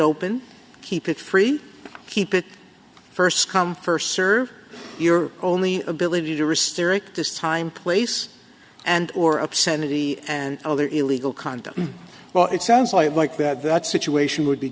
open keep it free keep it first come first serve your only ability to restoring this time place and or obscenity and other illegal conduct well it sounds like that that situation would be